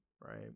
Right